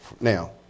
Now